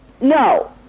No